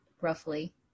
roughly